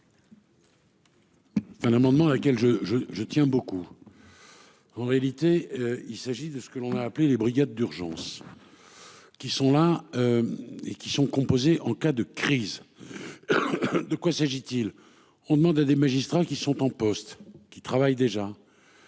Un amendement laquelle je je je tiens beaucoup. En réalité, il s'agit de ce que l'on a appelé les brigades d'urgence. Qui sont là. Et qui sont composés en cas de crise. De quoi s'agit-il. On demande à des magistrats qui sont en poste qui travaillent déjà.